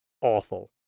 awful